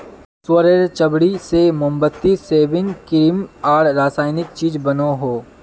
सुअरेर चर्बी से मोमबत्ती, सेविंग क्रीम आर रासायनिक चीज़ बनोह